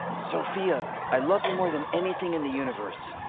sophia, i love you more than anything in the universe.